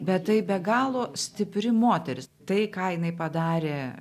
bet tai be galo stipri moteris tai ką jinai padarė